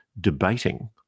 debating